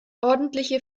ordentliche